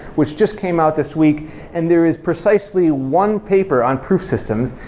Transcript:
which just came out this week and there is precisely one paper on proof systems.